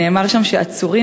נאמר שם שעצורים,